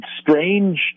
strange